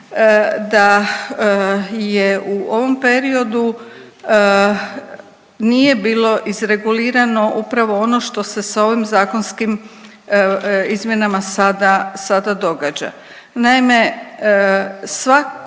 da je u ovom periodu nije bilo izregulirano upravo ono što se sa ovim zakonskim izmjenama sada događa. Naime, svaki